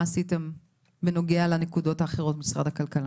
עשיתם בנוגע לנקודות האחרות במשרד הכלכלה.